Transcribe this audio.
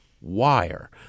wire